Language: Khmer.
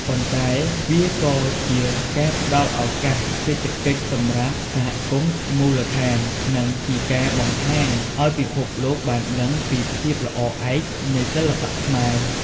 ប៉ុន្តែវាក៏ជាការផ្ដល់ឱកាសសេដ្ឋកិច្ចសម្រាប់សហគមន៍មូលដ្ឋាន និងជាការបង្ហាញឲ្យពិភពលោកបានដឹងពីភាពល្អឯកនៃសិល្បៈខ្មែរ។